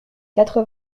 quatre